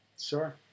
Sure